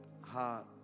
heart